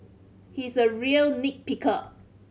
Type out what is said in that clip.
he is a real nit picker